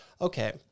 Okay